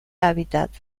hábitat